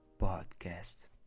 podcast